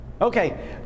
okay